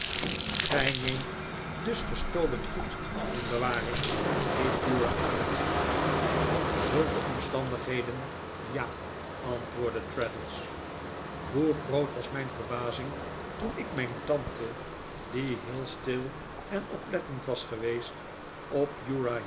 gij neemt dus gestolen goed in bewaring riep uriah uit onder zulke omstandigheden ja antwoordde traddles hoe groot was mijn verbazing toen ik mijn tante die heel stil en oplettend was geweest op